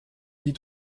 die